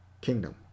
kingdom